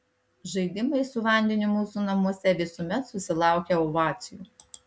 žaidimai su vandeniu mūsų namuose visuomet susilaukia ovacijų